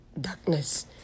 darkness